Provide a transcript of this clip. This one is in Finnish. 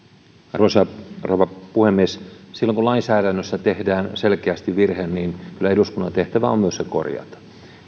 arvoisa rouva puhemies silloin kun lainsäädännössä tehdään selkeästi virhe niin kyllä eduskunnan tehtävä on se myös korjata